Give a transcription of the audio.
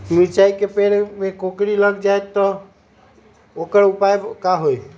मिर्ची के पेड़ में कोकरी लग जाये त वोकर उपाय का होई?